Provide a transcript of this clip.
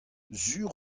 sur